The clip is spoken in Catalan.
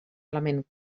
element